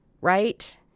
right